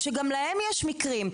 שגם להם יש מקרים,